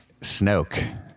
Snoke